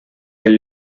del